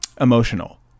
emotional